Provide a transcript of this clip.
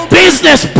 business